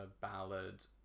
ballad